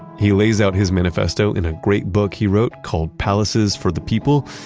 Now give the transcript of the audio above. he lays out his manifesto in a great book he wrote called palaces for the people.